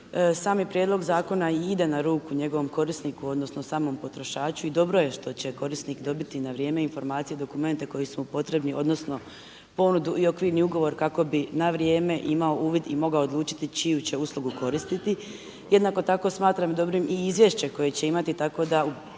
Sami prijedlog zakona i ide na ruku njegovom korisniku odnosno samom potrošaču i dobro je što će korisnik dobiti na vrijeme informacije i dokumente koji su mu potrebni odnosno ponudi i okvirni ugovor kako bi na vrijeme imao uvid i mogao odlučiti čiju će uslugu koristiti. Jednako tako smatram dobrim i izvješće koje će imati tako da